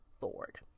Ford